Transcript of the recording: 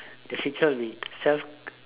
the picture would be self